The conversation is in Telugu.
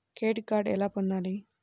క్రెడిట్ కార్డు ఎలా పొందాలి?